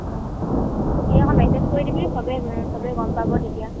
অঁ সেই আকৌ মেছেজ কৰি দিবি চবেই চবেই গম পাব তেতিয়া